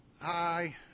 Hi